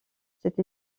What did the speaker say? cette